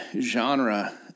genre